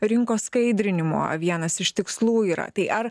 rinkos skaidrinimo vienas iš tikslų yra tai ar